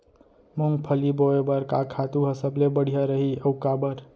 मूंगफली बोए बर का खातू ह सबले बढ़िया रही, अऊ काबर?